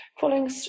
following